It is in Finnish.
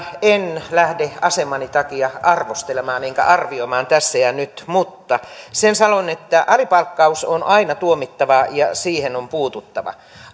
en lähde asemani takia arvostelemaan enkä arvioimaan tässä ja nyt mutta sen sanon että alipalkkaus on aina tuomittava ja siihen on puututtava